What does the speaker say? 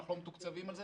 אנחנו לא מתוקצבים על זה,